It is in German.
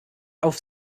auf